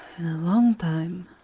a long time